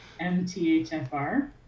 MTHFR